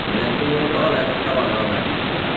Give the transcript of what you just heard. মানে এইটো মোৰ হ'ল এসপ্তাহমান হ'ল অহাৰ